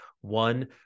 One